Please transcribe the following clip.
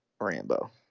rambo